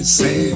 say